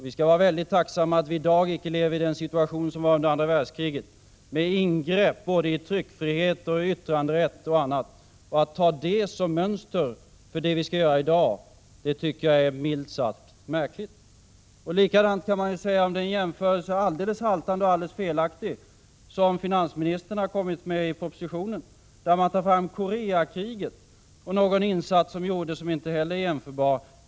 Vi skall vara väldigt tacksamma för att vi i dag inte lever i den situation som rådde under andra världskriget med ingrepp i både tryckfrihet och yttranderätt och i annat. Att ta detta som mönster för det som skall göras i dag tycker jag är milt sagt märkligt. Likadant kan man säga om den alldeles haltande och alldeles felaktiga jämförelse som finansministern kommit med i propositionen, där han tar fram Koreakriget och någon insats som gjordes då, som inte heller är jämförbar.